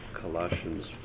Colossians